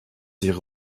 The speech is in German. ihre